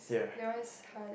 yeah